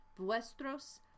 vuestros